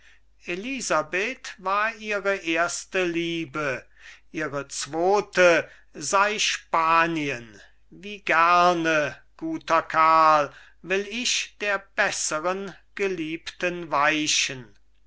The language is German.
elisabeth war ihre erste liebe ihre zweite sei spanien wie gerne guter karl will ich der besseren geliebten weichen